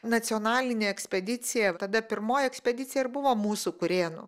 nacionalinė ekspedicija tada pirmoji ekspedicija ir buvo mūsų kurėnu